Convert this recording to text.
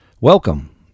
Welcome